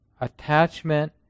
Attachment